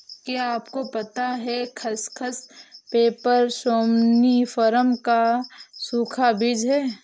क्या आपको पता है खसखस, पैपर सोमनिफरम का सूखा बीज है?